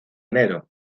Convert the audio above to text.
enero